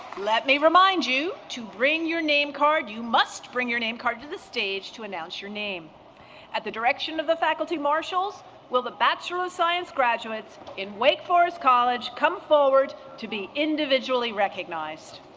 let me remind you to ring your name card you must bring your name card to the stage to announce your name at the direction of the faculty marshals will the bachelor of science graduates in wake forest college come forward to be individually recognized